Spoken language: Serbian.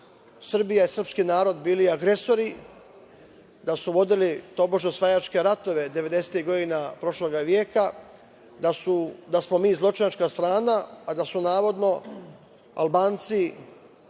Srbija i srpski narod bili agresori, da su vodili tobože, osvajačke ratove devedesetih godina prošlog veka, da smo mi zločinačka strana, a da su navodno Albanci,